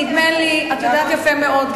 נדמה לי שאת יודעת יפה מאוד,